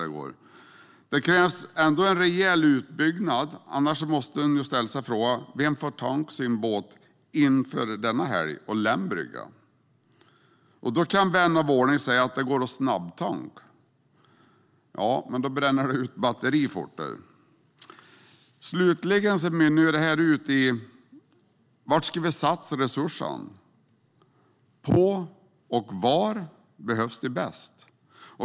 Men det krävs ändå en rejäl utbyggnad, annars måste jag ställa frågan: Vem får tanka sin båt inför helgen och lämna bryggan? Då kan vän av ordning säga att det går att snabbtanka. Ja, men det bränner ut batteriet fortare. Slutligen mynnar detta ut i var vi ska satsa resurserna. Var behövs de bäst?